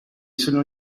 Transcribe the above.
sono